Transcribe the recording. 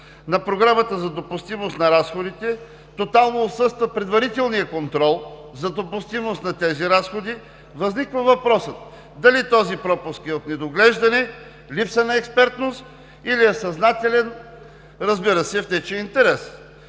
на Програмата за допустимост на разходите, тотално отсъства предварителният контрол за допустимост на тези разходи. Възниква въпросът, дали този пропуск е от недоглеждане, липса на експертност, или е съзнателен, разбира се, в нечий интерес?!